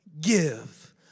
give